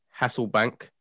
Hasselbank